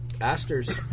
Aster's